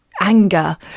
anger